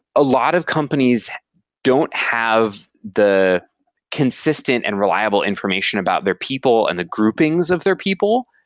a lot of companies don't have the consistent and reliable information about their people and the groupings of their people,